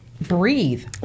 breathe